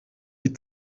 die